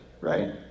right